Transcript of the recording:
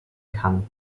kann